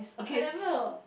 I never